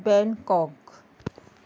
Bangkok